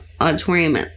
Auditorium